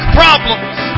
problems